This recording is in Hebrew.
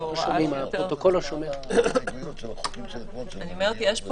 אני לא חושבת שיש פה